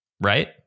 Right